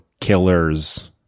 killers